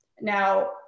now